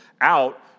out